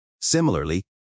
similarly